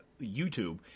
YouTube